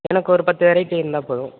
எனக்கு ஒரு பத்து வெரைட்டி இருந்தால் போதும்